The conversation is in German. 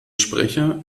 sprecher